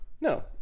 No